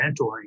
mentoring